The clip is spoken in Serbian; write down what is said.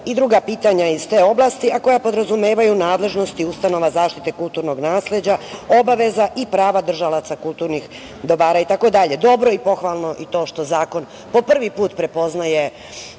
i druga pitanja iz te oblasti, a koja podrazumevaju nadležnosti ustanova zaštite kulturnog nasleđa, obaveza i prava držalaca kulturnih dobara itd. Dobro i pohvalno je to što i zakon po prvi put prepoznaje